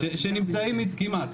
כמעט.